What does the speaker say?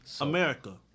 America